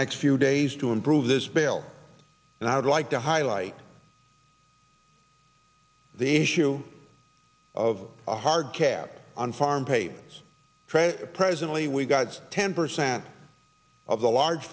next few days to improve this bill and i would like to highlight the issue of a hard cap on farm pay presently we've got ten percent of the large